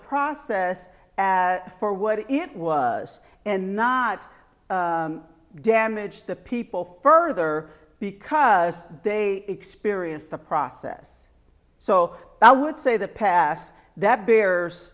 process for what it was and not damage the people further because they experienced the process so i would say the path that bears